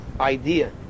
idea